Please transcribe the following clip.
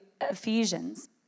Ephesians